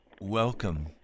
Welcome